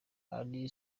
ally